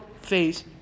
face